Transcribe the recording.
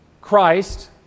Christ